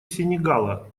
сенегала